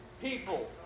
people